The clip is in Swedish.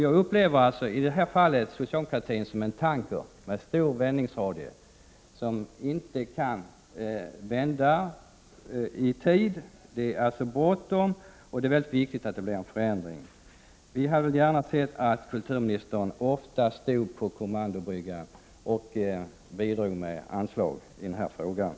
— Jag upplever i detta fall socialdemokratin som en tanker med stor vändradie, som inte kan vända i tid. Men det är bråttom, och det är mycket viktigt att det blir en förändring. Vi hade gärna sett att kulturministern ofta stod på kommandobryggan och bidrog med anslag till naturskolor.